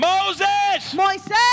Moses